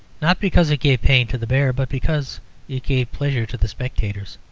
not because it gave pain to the bear, but because it gave pleasure to the spectators.